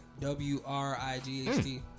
W-R-I-G-H-T